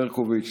ברקוביץ',